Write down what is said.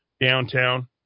downtown